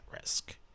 risk